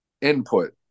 input